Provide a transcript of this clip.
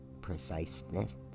preciseness